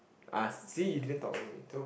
ah see you didn't talk over me so